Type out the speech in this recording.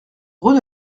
rue